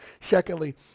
Secondly